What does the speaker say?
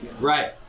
Right